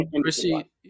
Chrissy